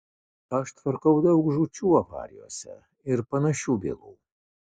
aš tvarkau daug žūčių avarijose ir panašių bylų